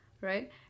right